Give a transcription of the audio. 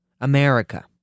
America